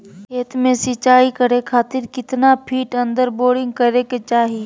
खेत में सिंचाई करे खातिर कितना फिट अंदर बोरिंग करे के चाही?